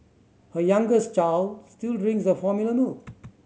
her youngest child still drinks the formula milk